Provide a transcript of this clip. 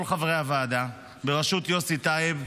כל חברי הוועדה בראשות יוסי טייב,